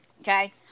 Okay